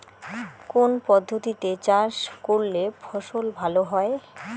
কোন পদ্ধতিতে চাষ করলে ফসল ভালো হয়?